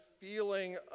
feeling